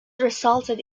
resulted